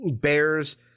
Bears